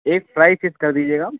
एक fry fish कर दीजिएगा